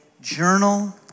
journal